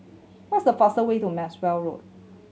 what is the fast way to Maxwell Road